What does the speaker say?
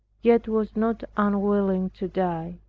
yet was not unwilling to die.